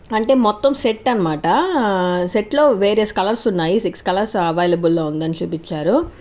అంటే మొత్తం సెట్ అనమాట సెట్ లో వేరే కలర్స్ ఉన్నాయి సిక్స్ కలర్స్ అవైలబుల్ లో ఉందని చూపించారు